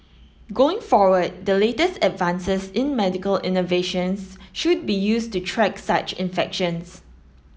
going forward the latest advances in medical innovations should be used to track such infections